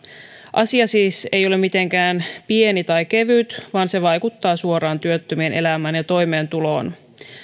asia siis ei ole mitenkään pieni tai kevyt vaan se vaikuttaa suoraan työttömien elämään ja toimeentuloon